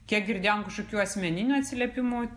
kiek girdėjom kažkokių asmeninių atsiliepimų